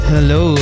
Hello